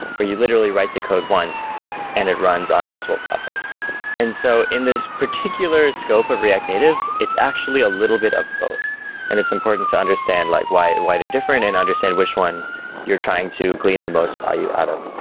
where you literally write the code once and it runs on multiple platforms and so in this particular scope of react native, it's actually a little bit of both and it's important to understand like why why they're different and understand which one you're trying to glean the most value out of.